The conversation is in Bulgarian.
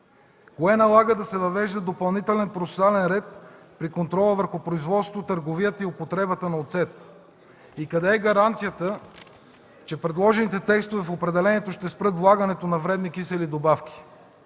Кое налага да се въвежда допълнителен процесуален ред при контрола върху производството, търговията и употребата на оцет? Къде е гаранцията, че предложените текстове в определението ще спрат влагането на вредни кисели добавки?